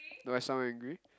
do I sound angry